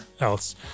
else